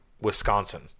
Wisconsin